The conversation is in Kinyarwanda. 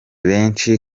benshi